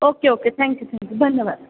okay okay thank you thank you धन्यवाद